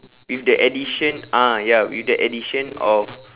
with the addition ah ya with the addition of